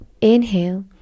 Inhale